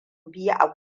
biyu